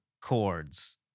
chords